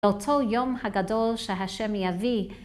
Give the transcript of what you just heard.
באותו יום הגדול שהשם יביא